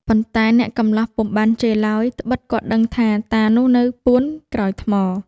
ប៉ុន្តែអ្នកកម្លោះពុំបានជេរឡើយ ត្បិតគាត់ដឹងថាតានោះនៅពួនក្រោយថ្ម។